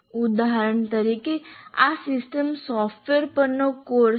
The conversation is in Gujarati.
ઉદાહરણ તરીકે આ સિસ્ટમ સોફ્ટવેર પરનો કોર્સ છે